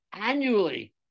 annually